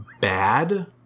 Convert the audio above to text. bad